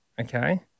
Okay